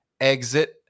exit